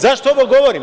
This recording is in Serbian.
Zašto ovo govorim?